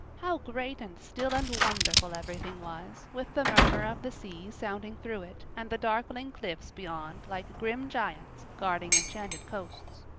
how great and still and wonderful everything was, with the murmur of the sea sounding through it and the darkling cliffs beyond like grim giants guarding enchanted coasts.